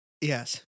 Yes